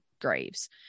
graves